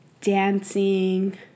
dancing